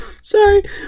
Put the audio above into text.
Sorry